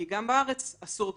גם כי בארץ אסור פרטי.